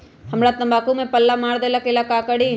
हमरा तंबाकू में पल्ला मार देलक ये ला का करी?